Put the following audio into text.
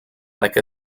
like